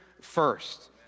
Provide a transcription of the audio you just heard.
first